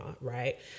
right